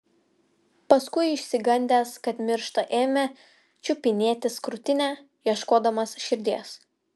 paskui išsigandęs kad miršta ėmė čiupinėtis krūtinę ieškodamas širdies